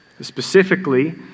specifically